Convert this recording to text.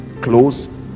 close